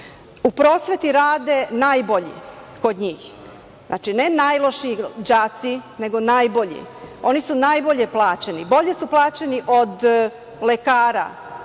U prosveti rade najbolji kod njih, znači, ne najlošiji đaci, nego najbolji. Oni su najbolje plaćeni. Bolje su plaćeni od lekara,